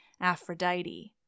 Aphrodite